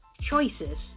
choices